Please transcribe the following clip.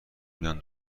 میان